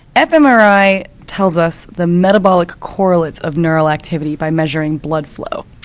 fmri tells us the metabolic correlates of neural activity by measuring blood flow.